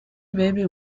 baby